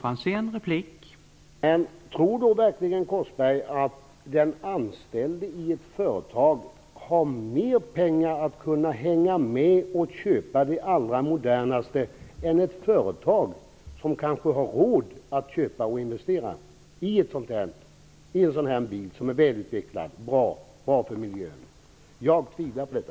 Herr talman! Tror då verkligen Ronny Korsberg att den anställde i ett företag har mer pengar för att hänga med och köpa det allra modernaste än ett företag, som kanske har råd att köpa och investera i en bil som är välutvecklad och bra för miljön? Jag tvivlar på detta.